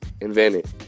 invented